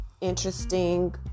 interesting